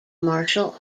martial